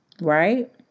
Right